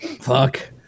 Fuck